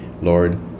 Lord